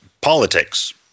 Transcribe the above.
politics